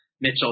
Mitchell